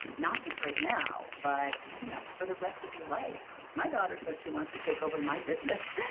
not just right now but you know for the rest of your life. my daughter says she wants to take over my business.